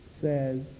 says